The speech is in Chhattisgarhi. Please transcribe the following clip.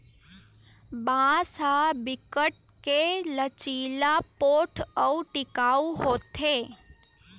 बांस ह बिकट के लचीला, पोठ अउ टिकऊ होथे